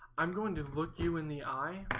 i'm going to look you in the eye